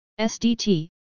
SDT